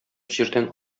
җирдән